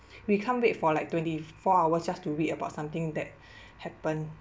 we can't wait for like twenty four hours just to read about something that happened